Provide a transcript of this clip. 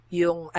yung